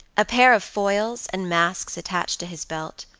a pair of foils and masks attached to his belt,